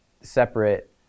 separate